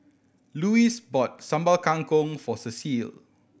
Louis bought Sambal Kangkong for Cecile